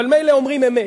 אבל מילא אומרים אמת,